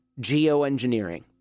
geoengineering